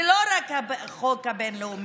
ולא רק החוק הבין-לאומי.